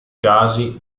casi